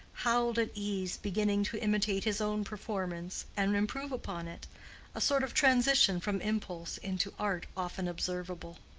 howled at ease, beginning to imitate his own performance and improve upon it a sort of transition from impulse into art often observable.